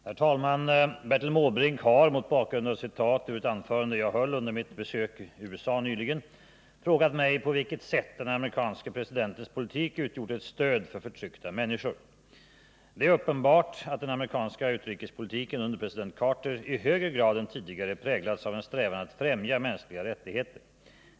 296, och anförde: Herr talman! Herr Måbrink har — mot bakgrund av citat ur ett anförande jag höll under mitt besök i USA nyligen — frågat mig på vilket sätt den amerikanske presidentens politik utgjort ett stöd för förtryckta människor. Det är uppenbart att den amerikanska utrikespolitiken under president Carter i högre grad än tidigare präglats av en strävan att främja mänskliga rättigheter.